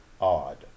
odd